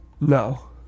No